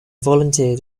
volunteer